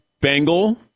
Bengal